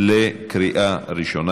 בקריאה ראשונה.